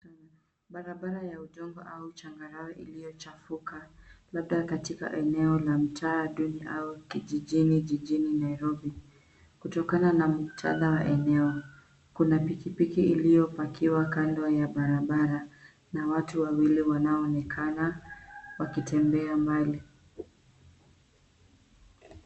Barabara ya udongo au changarawe iliyochafuka labda katika eneo la mtaa duni au kijijini jijini Nairobi. Kutokana na muktadha wa eneo, kuna pikipiki iliyopakiwa kando ya barabara na watu wawili wanaonekana wakitembea mbali.